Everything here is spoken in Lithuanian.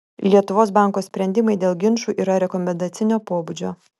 lietuvos banko sprendimai dėl ginčų yra rekomendacinio pobūdžio